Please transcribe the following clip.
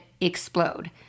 explode